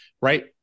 right